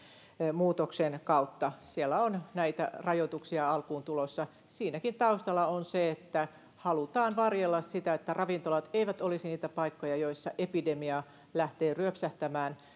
muutoksen kautta siellä on näitä rajoituksia alkuun tulossa siinäkin taustalla on se että halutaan varjella sitä että ravintolat eivät olisi niitä paikkoja joissa epidemia lähtee ryöpsähtämään